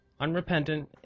unrepentant